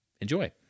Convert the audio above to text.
enjoy